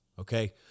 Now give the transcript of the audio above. okay